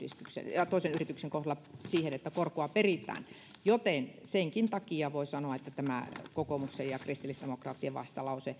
ja toisen yrityksen kohdalla siihen että korkoa peritään joten senkin takia voi sanoa että tämä kokoomuksen ja kristillisdemokraattien vastalause